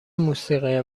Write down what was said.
موسیقی